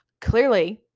Clearly